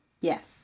Yes